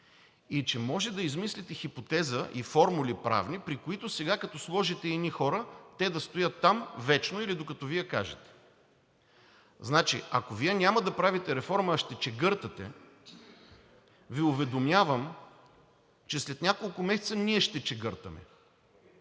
и че може да измислите хипотеза и формули – правни, при които сега, като сложите едни хора, те да стоят там вечно или докато Вие кажете. Значи, ако Вие няма да правите реформа, а ще чегъртате, Ви уведомявам, че след няколко месеца ние ще чегъртаме.